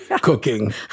cooking